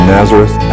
Nazareth